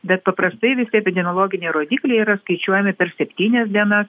bet paprastai visi epidemiologiniai rodikliai yra skaičiuojami per septynias dienas